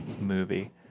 movie